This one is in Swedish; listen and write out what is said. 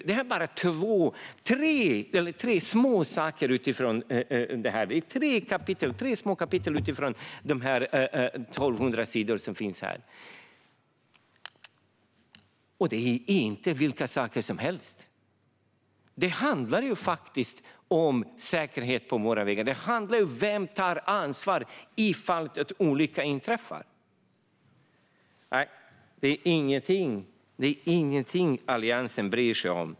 Det här är bara tre små saker i detta, tre korta kapitel av dessa 1 200 sidor. Och det är inte vilka saker som helst, utan det handlar om säkerheten på våra vägar och vem som tar ansvar ifall en olycka inträffar. Men det här är inget som Alliansen bryr sig om.